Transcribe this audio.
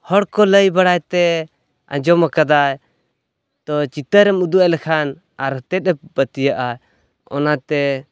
ᱦᱚᱲᱠᱚ ᱞᱟᱹᱭ ᱵᱟᱲᱟᱭᱛᱮ ᱟᱸᱡᱚᱢ ᱟᱠᱟᱫᱟᱭ ᱛᱚ ᱪᱤᱛᱟᱹᱨᱮᱢ ᱩᱫᱩᱜᱼᱟᱭ ᱞᱮᱠᱷᱟᱱ ᱟᱨᱚᱛᱮᱫᱼᱮ ᱯᱟᱹᱛᱭᱟᱹᱜᱼᱟ ᱚᱱᱟᱛᱮ